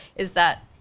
is that,